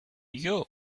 you